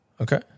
Okay